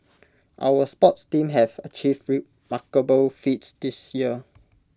our sports teams have achieved remarkable feats this year